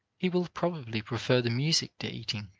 he will probably prefer the music to eating.